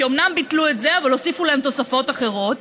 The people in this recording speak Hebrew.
כי אומנם ביטלו את זה אבל הוסיפו להם תוספות אחרות,